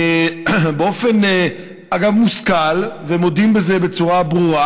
אגב, באופן מושכל, והם מודים בזה בצורה ברורה